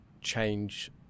change